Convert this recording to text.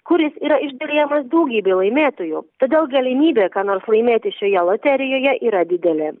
kuris yra išdalijamas daugybei laimėtojų todėl galimybė ką nors laimėti šioje loterijoje yra didelė